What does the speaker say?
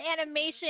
animation